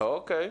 אוקיי.